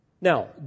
Now